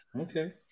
Okay